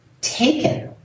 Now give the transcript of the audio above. taken